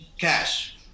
cash